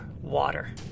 water